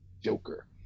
Joker